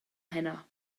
heno